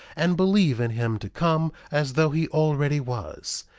and believe in him to come as though he already was.